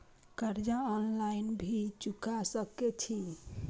कर्जा ऑनलाइन भी चुका सके छी?